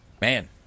man